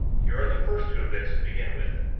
here are the first two events to begin with.